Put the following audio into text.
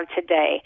today